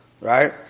Right